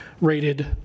rated